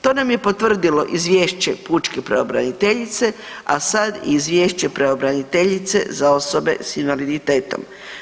To nam je potvrdilo izvješće pučke pravobraniteljice, a sad i izvješće pravobraniteljice za osobe s invaliditetom.